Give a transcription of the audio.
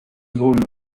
known